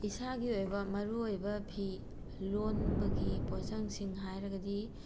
ꯏꯁꯥꯒꯤ ꯑꯣꯏꯕ ꯃꯔꯨ ꯑꯣꯏꯕ ꯐꯤ ꯂꯣꯟꯕꯒꯤ ꯄꯣꯠꯆꯪꯁꯤꯡ ꯍꯥꯏꯔꯒꯗꯤ